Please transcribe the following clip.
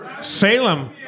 Salem